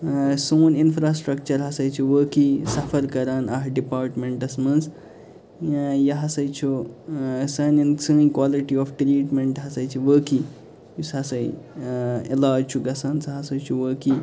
ٲں سوٗن اِنفرٛاسِٹرَکچَر ہسا چھُ وٲقعٕے سَفر کران اَتھ ڈِپارٹمیٚنٹَس منٛز یہِ ہسا چھُ ٲں سانٮ۪ن سٲنۍ قالٹی آف ٹرٛیٖٹمیٚنٹ ہسا چھِ وٲقعٕے یُس ہسا ٲں علاج چھُ گژھان سُہ ہسا چھُ وٲقعٕے